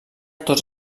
tots